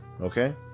okay